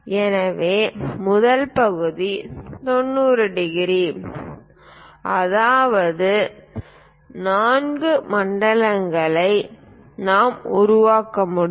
எனவே முதல் பகுதி 90 ° அதாவது நான்கு மண்டலங்களை நாம் உருவாக்க முடியும்